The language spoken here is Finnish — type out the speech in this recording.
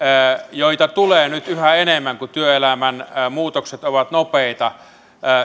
joita tulee nyt yhä enemmän kun työelämän muutokset ovat nopeita